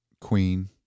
queen